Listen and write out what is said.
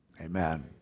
amen